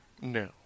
No